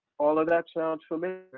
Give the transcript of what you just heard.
all of that sounds familiar.